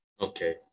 Okay